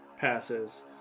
passes